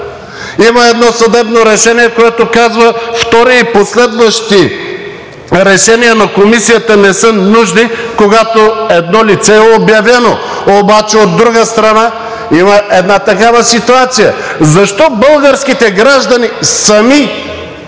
има едно съдебно решение, което казва: „втори и последващи решения на Комисията не са нужни, когато едно лице е обявено“. Обаче, от друга страна, има една такава ситуация – защо българските граждани сами